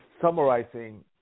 summarizing